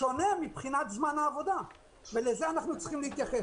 שונה מבחינת זמן העבודה ולזה אנחנו צריכים להתייחס.